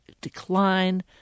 decline